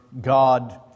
God